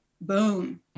Boom